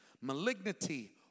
malignity